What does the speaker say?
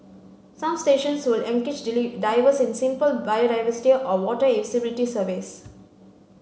some stations will engage divers in simple biodiversity or water visibility surveys